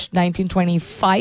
1925